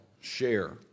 share